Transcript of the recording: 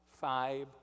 five